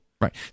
Right